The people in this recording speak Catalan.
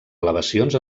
elevacions